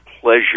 pleasure